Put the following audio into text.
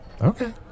Okay